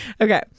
Okay